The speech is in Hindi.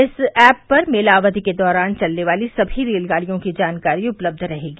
इस एप पर मेला अवधि के दौरान चलने वाली सभी रेलगाड़ियों की जानकारी उपलब्ध रहेगी